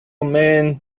man